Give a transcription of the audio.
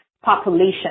Population